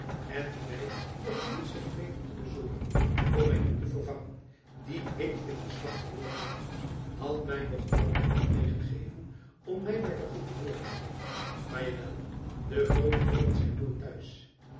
en die my nog een muts heeft weten te bezorgen om mijn hoed te vervangen dien ik in den slag verloren heb had my nog al iemand meê gegeven om my by den gouverneur te brengen maar ja wel die groote heeren zijn nooit t'huis